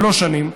שלוש שנים,